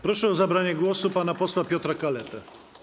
Proszę o zabranie głosu pana posła Piotra Kaletę.